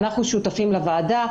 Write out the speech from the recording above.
אנחנו שותפים לוועדה,